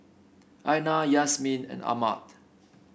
Aina Yasmin and Ahmad